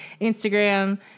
Instagram